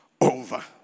over